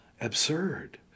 absurd